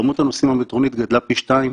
כמות הנוסעים במטרונית גדלה פי שניים.